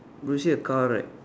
you can see a car right